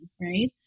right